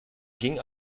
ging